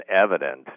evident